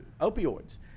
opioids